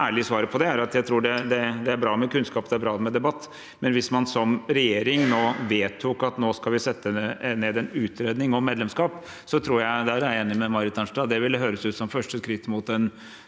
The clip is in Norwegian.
ærlige svaret på det er at det er bra med kunnskap, det er bra med debatt, men hvis man som regjering vedtok at nå skal vi foreta en utredning om medlemskap, tror jeg – der er jeg enig med Marit Arnstad – at det ville høres ut som et første skritt mot en